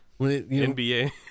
NBA